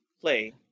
play